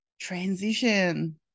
transition